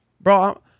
bro